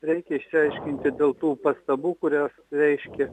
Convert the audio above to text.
reikia išsiaiškinti dėl tų pastabų kurio reiškia